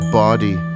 body